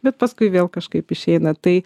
bet paskui vėl kažkaip išeina tai